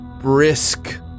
brisk